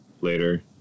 later